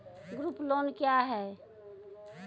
Group loan क्या है?